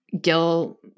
Gil